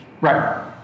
Right